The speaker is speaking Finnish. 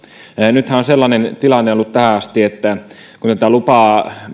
nythän on sellainen tilanne ollut tähän asti että kun tätä lupaa